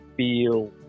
feel